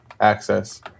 access